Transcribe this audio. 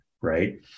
right